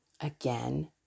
Again